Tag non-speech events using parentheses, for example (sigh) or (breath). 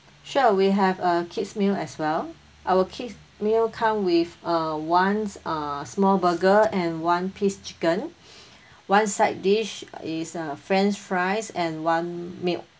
sure we have uh kids' meal as well I our kids' meal come with a one s~ uh small burger and one piece chicken (breath) one side dish is uh french fries and one milk